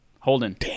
Holden